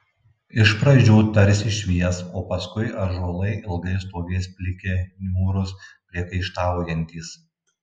iš pradžių tarsi švies o paskui ąžuolai ilgai stovės pliki niūrūs priekaištaujantys